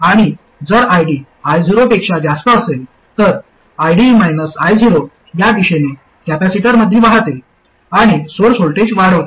आणि जर ID I0 पेक्षा जास्त असेल तर ID I0 या दिशेने कॅपेसिटरमध्ये वाहते आणि सोर्स व्होल्टेज वाढवते